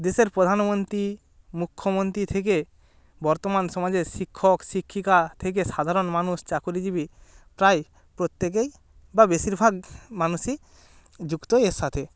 দেশের প্রধানমন্ত্রী মুখ্যমন্ত্রী থেকে বর্তমান সমাজে শিক্ষক শিক্ষিকা থেকে সাধারণ মানুষ চাকুরীজীবি প্রায় প্রত্যেকেই বা বেশিরভাগ মানুষই যুক্ত এর সাথে